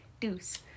Deuce